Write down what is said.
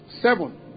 seven